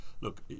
look